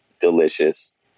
delicious